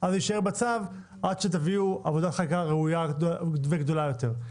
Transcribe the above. זה יישאר בצו עד שתביאו עבודת חקיקה ראויה וגדולה יותר.